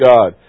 God